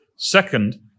Second